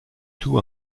tout